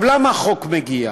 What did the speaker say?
למה החוק מגיע?